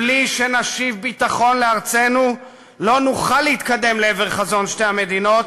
בלי שנשיב ביטחון לארצנו לא נוכל להתקדם לעבר חזון שתי המדינות,